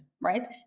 right